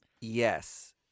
Yes